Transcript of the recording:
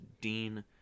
Dean